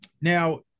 Now